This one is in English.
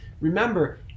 remember